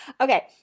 Okay